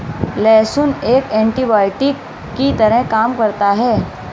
लहसुन एक एन्टीबायोटिक की तरह काम करता है